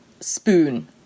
spoon